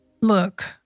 Look